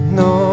no